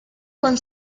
con